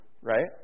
right